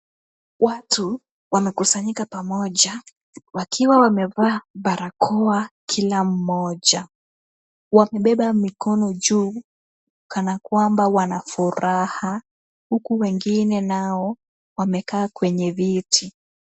Watu wamekusanyika pamoja wakiwa wamevaa barakoa kila mmoja. Wamebeba mikono juu kana kwamba wana furaha, huku wengine nao, wamekaa kwenye viti.